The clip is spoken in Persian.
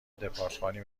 دپارتمانی